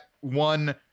one